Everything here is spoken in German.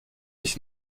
ich